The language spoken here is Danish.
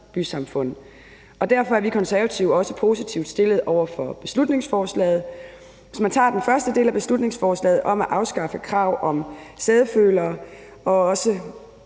bysamfund, og derfor er vi Konservative også positivt stillet over for beslutningsforslaget. Hvis man tager den første del af beslutningsforslaget om at afskaffe kravet om sædefølere og også